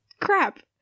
crap